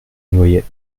noyait